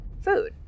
food